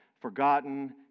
forgotten